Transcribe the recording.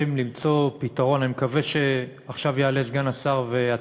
נגד איל בן ראובן, בעד יחיאל חיליק בר, בעד